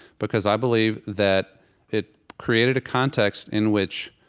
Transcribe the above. because i believe that it created a context in which